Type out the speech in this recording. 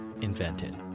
invented